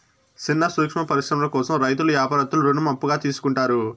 సిన్న సూక్ష్మ పరిశ్రమల కోసం రైతులు యాపారత్తులు రుణం అప్పుగా తీసుకుంటారు